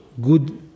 good